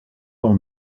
pel